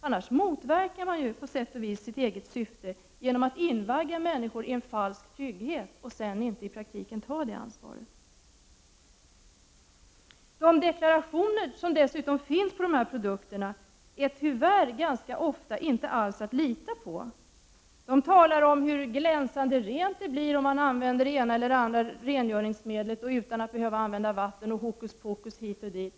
Annars motverkar samhället på sätt och vis sitt eget syfte genom att invagga människor i en falsk trygghet och sedan i praktiken inte ta detta ansvar. De deklarationer som finns på dessa produkter går tyvärr ganska ofta dessutom inte att lita på. I dessa talas det om hur glänsande rent det blir om man använder det ena eller det andra rengöringsmedlet utan att använda vatten, och annat hokuspokus hit och dit.